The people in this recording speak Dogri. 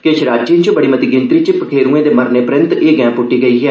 किश राज्यें च बड़ी मती गिनतरी च पखेरूए दे मरने परैन्त एह गैंह् पुट्टी गेई ऐ